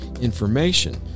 information